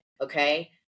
okay